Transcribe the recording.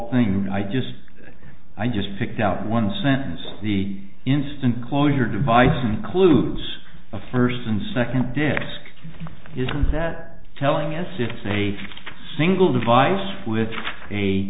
thing i just i just picked out one sentence the instant closure device includes the first and second desk is that telling us it's a single device with a